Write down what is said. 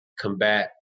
combat